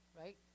Right